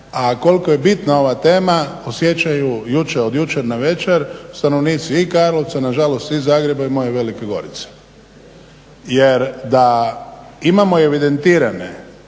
a koliko je bitna ova tema osjećaju od jučer navečer stanovnici i Karlovca, nažalost i Zagreba i moje Velike Gorice. Jer da imamo evidentirane